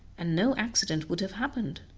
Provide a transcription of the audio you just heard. and no accident would have happened.